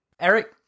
Eric